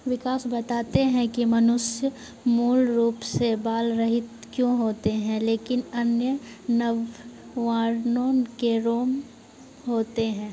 विकास बताते हैं कि मनुष्य मूल रूप से बाल रहित क्यों होते हैं लेकिन अन्य नरवारनोन के रोम होते हैं